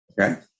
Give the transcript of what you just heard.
Okay